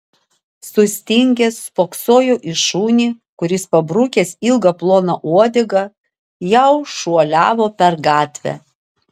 sustingęs spoksojo į šunį kuris pabrukęs ilgą ploną uodegą jau šuoliavo per gatvę